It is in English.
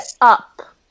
up